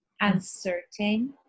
uncertain